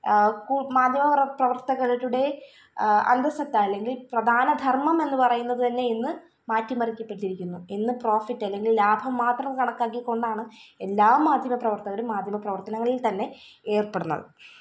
കു മാധ്യമ പ്രവര്ത്തകരുടെ അന്തസത്ത അല്ലെങ്കില് പ്രധാന ധര്മ്മം എന്ന് പറയുന്നത് തന്നെ ഇന്ന് മാറ്റിമറിക്കപ്പെട്ടിരിക്കുന്നു ഇന്ന് പ്രോഫിറ്റ് അല്ലെങ്കില് ലാഭം മാത്രം കണക്കാക്കിക്കൊണ്ടാണ് എല്ലാ മാധ്യമപ്രവര്ത്തകരും മാധ്യമ പ്രവര്ത്തനങ്ങളില്ത്തന്നെ ഏർപ്പെടുന്നത്